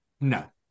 no